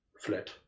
flat